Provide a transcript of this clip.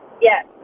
Yes